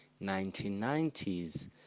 1990s